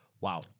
Wow